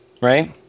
Right